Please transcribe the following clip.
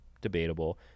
debatable